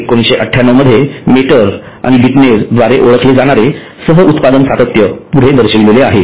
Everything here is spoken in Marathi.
1998 मध्ये मेटर आणि बिटनेर द्वारे ओळखले जाणारे सह उत्पादन सातत्य पुढे दर्शविले आहे